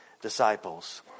disciples